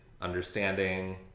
understanding